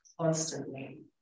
Constantly